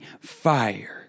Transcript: fire